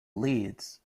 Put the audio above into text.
leeds